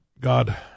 God